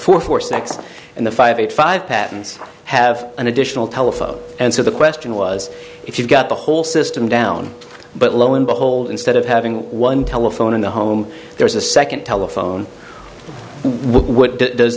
four for sex and the five eight five patterns have an additional telephoto and so the question was if you got the whole system down but lo and behold instead of having one telephone in the home there is a second telephone what does